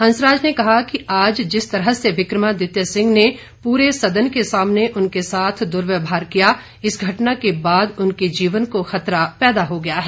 हंसराज ने कहा कि आज जिस तरह से विक्रमादित्य ने पूरे सदन के सामने उनके साथ दुर्व्यवहार किया इस घटना के बाद उनके जीवन को खतरा पैदा हो गया है